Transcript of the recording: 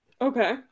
Okay